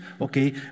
okay